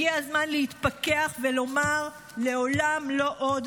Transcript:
הגיע הזמן להתפכח ולומר: לעולם לא עוד.